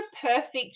perfect